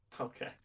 Okay